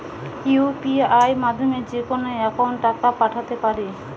UPI মাধ্যমে যেকোনো একাউন্টে টাকা পাঠাতে পারি?